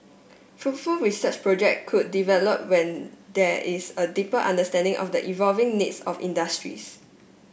fruitful research project could develop when there is a deeper understanding of the evolving needs of industries